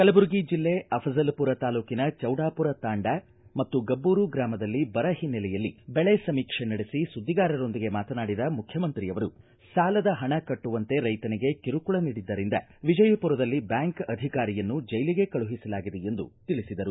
ಕಲಬುರಗಿ ಜಿಲ್ಲೆ ಅಫಜಲಮರ ತಾಲೂಕಿನ ಚೌಡಾಪೂರ ತಾಂಡಾ ಮತ್ತು ಗಬ್ಬೂರ ಗ್ರಾಮದಲ್ಲಿ ಬರ ಹಿನ್ನೆಲೆಯಲ್ಲಿ ಬೆಳೆ ಸಮೀಕ್ಷೆ ನಡೆಸಿ ಸುದ್ದಿಗಾರರೊಂದಿಗೆ ಮಾತನಾಡಿದ ಮುಖ್ಯಮಂತ್ರಿಯವರು ಸಾಲದ ಪಣ ಕಟ್ಟುವಂತೆ ರೈತನಿಗೆ ಕಿರುಕುಳ ನೀಡಿದ್ದರಿಂದ ವಿಜಯಪುರದಲ್ಲಿ ಬ್ಯಾಂಕ್ ಅಧಿಕಾರಿಯನ್ನು ಜ್ಟೆಲಿಗೆ ಕಳುಹಿಸಲಾಗಿದೆ ಎಂದು ತಿಳಿಸಿದರು